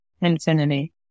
infinity